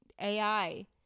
AI